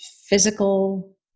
physical